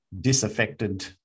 disaffected